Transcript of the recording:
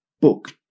book